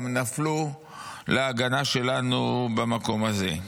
גם נפלו על ההגנה שלנו על המקום הזה.